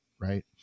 right